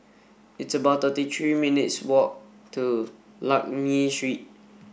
it's about thirty three minutes' walk to Lakme Street